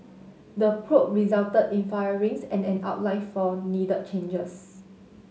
the probe resulted in firings and an outline for needed changes